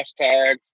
hashtags